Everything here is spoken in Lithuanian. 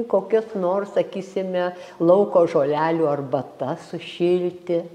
kokios nors sakysime lauko žolelių arbata sušilti